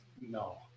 No